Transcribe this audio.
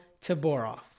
Taborov